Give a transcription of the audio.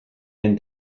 den